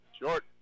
Short